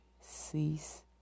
cease